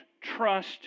trust